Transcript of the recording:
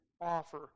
offer